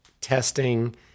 testing